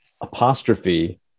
apostrophe